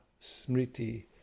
smriti